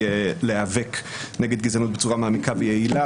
להיאבק נגד גזענות בצורה מעמיקה ויעילה,